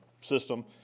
System